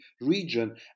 region